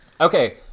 Okay